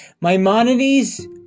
Maimonides